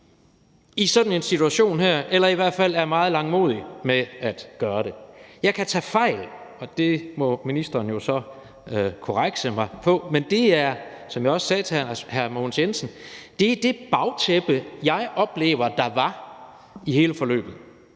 i sådan en situation her eller i hvert fald er meget langmodige med at gøre det. Jeg kan tage fejl, og det må ministeren jo så korrekse mig for, men det er, som jeg også sagde til hr. Mogens Jensen, det bagtæppe, jeg oplever der var i hele forløbet,